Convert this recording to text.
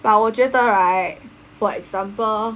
but 我觉得 right for example